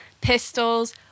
Pistols